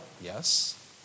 Yes